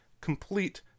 complete